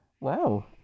wow